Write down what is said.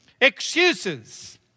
Excuses